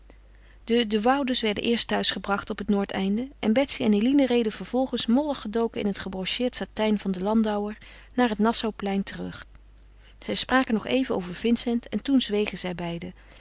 de de woudes werden eerst thuisgebracht op het noordeinde en betsy en eline reden vervolgens mollig gedoken in het gebrocheerd satijn van den landauer naar het nassauplein terug zij spraken nog even over vincent en toen zwegen zij beiden